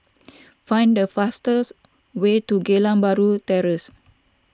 find the fastest way to Geylang Bahru Terrace